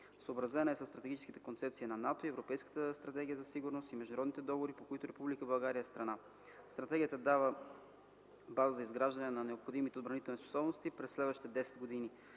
Съобразена е със Стратегическата концепция на НАТО и с Европейската стратегия за сигурност и международните договори, по които Република България е страна. Стратегията дава база за изграждане на необходимите отбранителни способности през следващите 10 години.